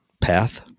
path